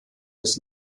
des